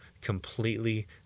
completely